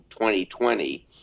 2020